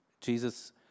Jesus